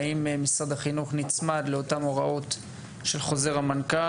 האם משרד החינוך נצמד לאותם הוראות של חוזר המנכ"ל,